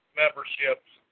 memberships